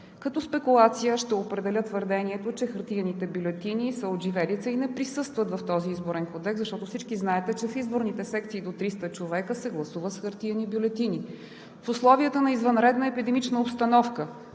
Като спекулация ще определя твърдението, че хартиените бюлетини са отживелица и не присъстват в този изборен кодекс. Всички знаете, че в изборните секции до 300 човека се гласува с хартиени бюлетини. В условията на извънредна епидемична обстановка